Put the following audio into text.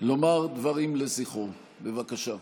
לומר דברים לזכרו, בבקשה.